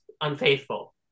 unfaithful